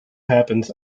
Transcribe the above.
happens